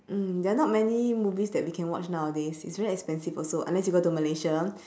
mm there not many movies that we can watch nowadays it's very expensive also unless you go to malaysia